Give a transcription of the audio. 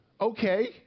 Okay